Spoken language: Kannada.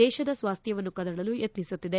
ದೇಶದ ಸ್ವಾಸ್ತ್ರವನ್ನು ಕದಡಲು ಯತ್ನಿಸುತ್ತಿದೆ